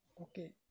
Okay